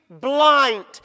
blind